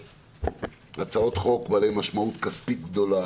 יש הצעות חוק בעלות משמעות כספית גדולה